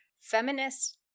feminist